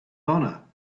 honor